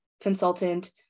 consultant